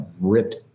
ripped